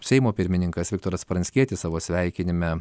seimo pirmininkas viktoras pranckietis savo sveikinime